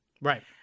Right